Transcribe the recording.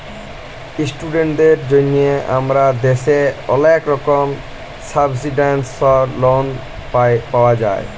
ইশটুডেন্টদের জন্হে হামাদের দ্যাশে ওলেক রকমের সাবসিডাইসদ লন পাওয়া যায়